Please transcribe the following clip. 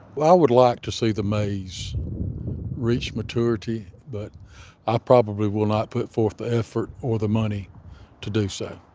well, i would like to see the maze reach maturity, but i probably will not put forth the effort or the money to do so.